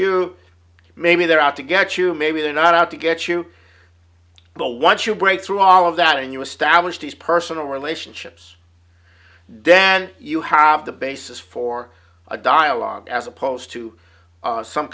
you maybe they're out to get you maybe they're not out to get you know once you break through all of that and you establish these personal relationships then you have the basis for a dialogue as opposed to some